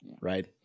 right